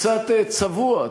קצת צבוע,